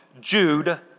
Jude